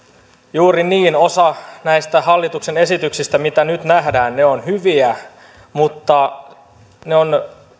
juuri niin osa näistä hallituksen esityksistä mitä nyt nähdään on hyviä mutta ne ovat